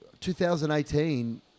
2018